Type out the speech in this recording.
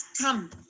come